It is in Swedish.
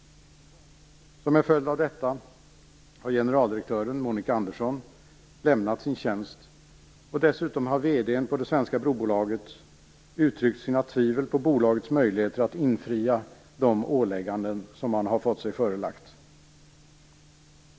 Som en följd av detta har generaldirektören Monica Andersson lämnat sin tjänst, och dessutom har vd:n på det svenska brobolaget uttryckt sina tvivel på bolagets möjligheter att infria det åtagande som man har fått sig förelagt.